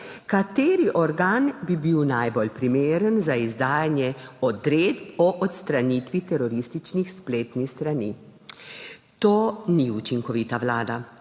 kateri organ bi bil najbolj primeren za izdajanje odredb o odstranitvi terorističnih spletnih strani. To ni učinkovita vlada.